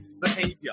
behavior